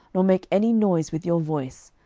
nor make any noise with your voice,